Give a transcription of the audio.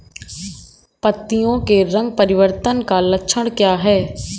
पत्तियों के रंग परिवर्तन का लक्षण क्या है?